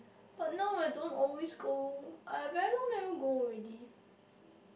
but now I don't always go I very long never go already